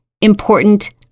important